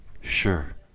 Sure